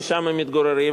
ששם הם מתגוררים,